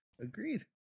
Agreed